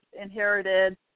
inherited